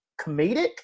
comedic